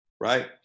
Right